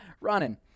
running